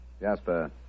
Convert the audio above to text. Jasper